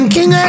King